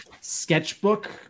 sketchbook